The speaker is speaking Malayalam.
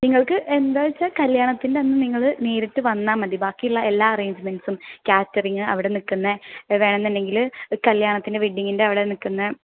നിങ്ങൾക്ക് എന്താണ് വെച്ചാൽ കല്യാണത്തിൻറെ അന്ന് നിങ്ങൾ നേരിട്ട് വന്നാൽ മതി ബാക്കിയുള്ള എല്ലാ അറേഞ്ച്മെൻറ്സും കാറ്ററിംഗ് അവിടെ നിൽക്കുന്ന വേണം എന്നുണ്ടെങ്കിൽ കല്യാണത്തിൻറെ വെഡ്ഡിങ്ങിൻ്റെ അവിടെ നിൽക്കുന്ന